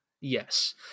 Yes